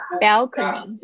balcony